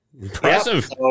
impressive